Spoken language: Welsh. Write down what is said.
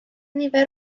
nifer